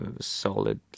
solid